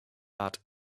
art